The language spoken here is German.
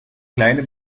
kleine